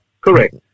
Correct